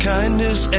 kindness